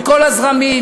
מכל הזרמים.